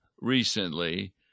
recently